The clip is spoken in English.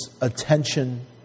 attention